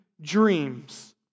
dreams